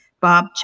Bob